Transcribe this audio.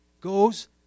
goes